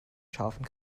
scharfen